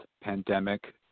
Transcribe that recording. pandemic